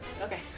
Okay